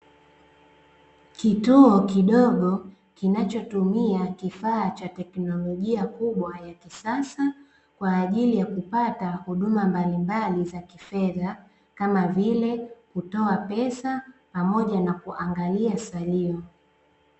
Kituo kidogo kinachotumia kifaa cha teknolojia kubwa ya kisasa, kwa ajili ya kupata huduma mbalimbali za kifedha, kama vile: kutoa pesa, pamoja na kuangalia salio.